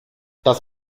das